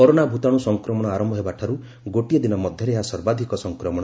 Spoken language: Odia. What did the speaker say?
କରୋନା ଭୂତାଣ୍ର ସଂକ୍ରମଣ ଆରମ୍ଭ ହେବା ଠାର୍ଚ୍ଚ ଗୋଟିଏ ଦିନ ମଧ୍ୟରେ ଏହା ସର୍ବାଧିକ ସଂକ୍ରମଣ